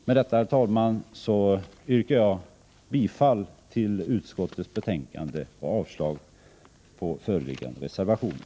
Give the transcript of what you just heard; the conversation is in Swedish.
Med detta, herr talman, yrkar jag bifall till utskottets hemställan och avslag på föreliggande reservationer.